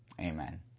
amen